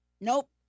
Nope